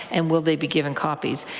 and will they be given copies?